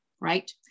right